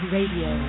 Radio